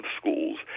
schools